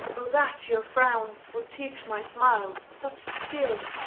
o that your frowns would teach my smiles such skill!